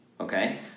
okay